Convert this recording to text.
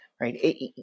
right